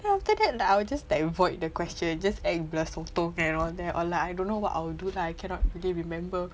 then after that like I will just avoid the question just act blur sotong and all that all lah I don't know what I will do lah I cannot really remember